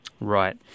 Right